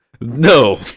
No